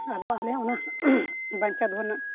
ᱟᱫᱚ ᱟᱞᱮ ᱚᱱᱟ ᱵᱟᱧᱪᱟᱣ ᱫᱚᱦᱚ ᱨᱮᱱᱟᱜ